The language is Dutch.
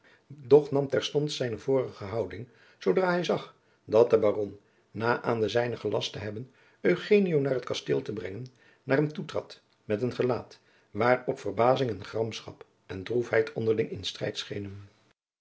hernam terstond zijne vorige houding zoodra hij zag dat de baron na aan de zijnen gelast te hebben eugenio naar het kasteel te brengen naar hem toetrad met een gelaat waarop verbazing gramschap en droefheid onderling in strijd schenen